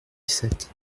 sept